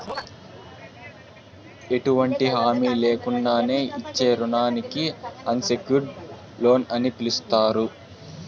ఎటువంటి హామీ లేకున్నానే ఇచ్చే రుణానికి అన్సెక్యూర్డ్ లోన్ అని పిలస్తారు